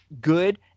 good